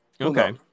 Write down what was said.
Okay